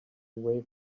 away